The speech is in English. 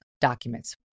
documents